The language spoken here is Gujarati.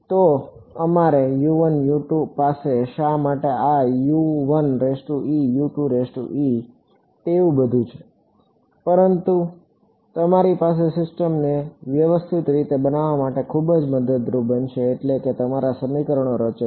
તો અમારી પાસે શા માટે આ બધું છે પરંતુ તે તમારી સિસ્ટમને વ્યવસ્થિત રીતે બનાવવા માટે ખૂબ જ મદદરૂપ બને છે એટલે કે તમારા સમીકરણો રચે છે